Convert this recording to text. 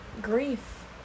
Grief